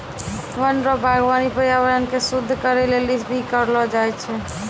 वन रो वागबानी पर्यावरण के शुद्ध करै लेली भी करलो जाय छै